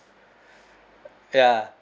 ya